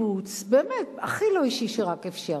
בן קיבוץ, באמת, הכי לא אישי שרק אפשר,